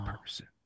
person